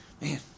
Man